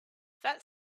that